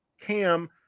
cam